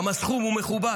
גם הסכום לכל ילד הוא מכובד.